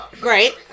Great